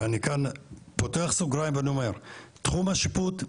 אני כאן פותח סוגריים ואני אומר, תחום השיפוט,